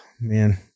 man